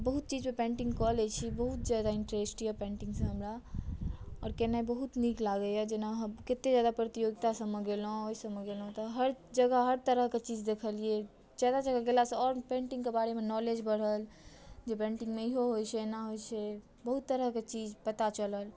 आब बहुत चीजमे पेन्टिंग कऽ लै छी बहुत जादा इन्ट्रेस्ट मिथिला पेन्टिंग सॅं हमरा आओर केनाइ बहुत नीक लागैया जेना हम कते जगह प्रतियोगिता सभमे गेलहुँ ओहि सभमे गेलहुँ तऽ हर जगह हर तरहके चीज देखलियै जगह जगह गेलासँ आओर पेन्टिंग के बारेमे नॉलेज बढ़ल जे पेन्टिंग मे इहो होइत छै एना होइत छै बहुत तरहके चीज पता चलल